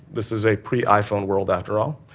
this was a pre-iphone world, after all.